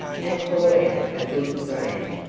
and poured out a good dram,